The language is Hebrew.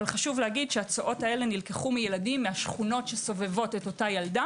אבל הצואות האלה נלקחו מילדים מהשכונות שסובבים אותה ילדה